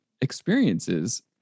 experiences